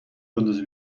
بندازه